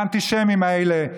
האנטישמיים האלה,